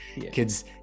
kids